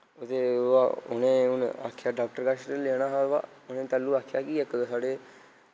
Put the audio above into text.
ते उ'नें हून आखेआ डाक्टर कच्छ लेना हा बा उ'नें तैलु आखेआ कि इक साढ़े